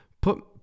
Put